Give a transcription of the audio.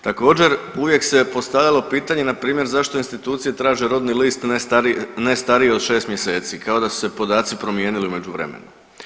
Također, uvijek se postavljalo pitanje npr. zašto institucije traže rodni list ne stariji od 6 mjeseci kao da su se podaci promijenili u međuvremenu.